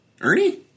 Ernie